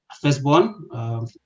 firstborn